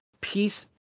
Peace